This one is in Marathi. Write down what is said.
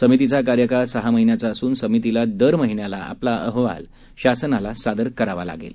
समितीचा कार्यकाळ सहा महिन्याचा असून समितीला दर महिन्याला आपला अहवाल शासनाला सादर करावा लागणार आहे